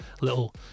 little